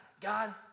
God